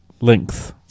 length